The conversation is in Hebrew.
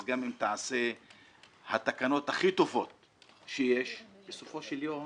אז גם אם תעשה התקנות הכי טובות שיש, בסופו של יום